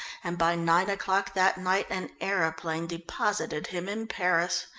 and by nine o'clock that night an aeroplane deposited him in paris.